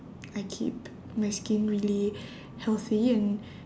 I keep my skin really healthy and